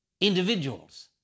individuals